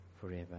forever